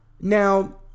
Now